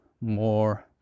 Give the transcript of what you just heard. more